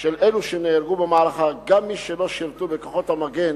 נהרגו במערכה גם מי שלא שירתו בכוחות המגן